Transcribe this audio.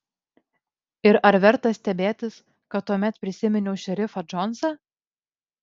ir ar verta stebėtis kad tuomet prisiminiau šerifą džonsą